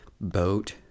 boat